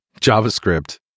JavaScript